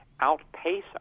outpace